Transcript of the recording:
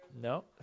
No